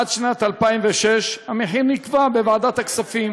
עד שנת 2006 המחיר נקבע בוועדת הכספים.